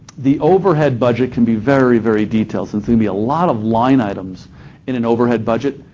the overhead budget can be very, very detailed since to be a lot of line items in an overhead budget.